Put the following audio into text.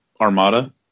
Armada